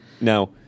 Now